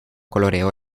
coloreó